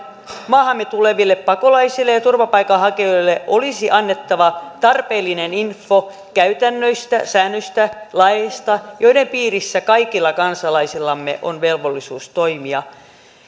maahamme tuleville pakolaisille ja ja turvapaikanhakijoille olisi annettava tarpeellinen info käytännöistä säännöistä laeista joiden piirissä kaikilla kansalaisillamme on velvollisuus toimia